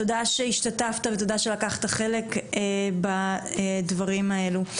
תודה שהשתתפת ותודה שלקחת חלק בדברים האלו.